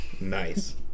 nice